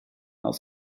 aus